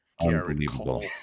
Unbelievable